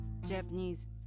Japanese